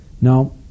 Now